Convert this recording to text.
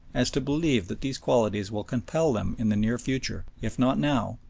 as to believe that these qualities will compel them in the near future, if not now,